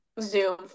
Zoom